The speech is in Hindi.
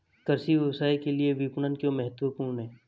कृषि व्यवसाय के लिए विपणन क्यों महत्वपूर्ण है?